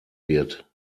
wird